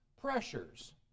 pressures